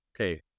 okay